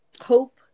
Hope